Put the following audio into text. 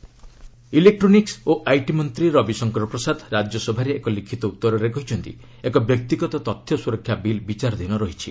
RS data electronic ଓ IT ମନ୍ତ୍ରୀ ରବିଶଙ୍କର ପ୍ରସାଦ ରାଜ୍ୟସଭାରେ ଏକ ଲିଖିତ ଉତ୍ତରରେ କହିଛନ୍ତି ଏକ ବ୍ୟକ୍ତିଗତ ତଥ୍ୟ ସ୍ୱରକ୍ଷା ବିଲ୍ ବିଚାରାଧୀନ ରହିଛି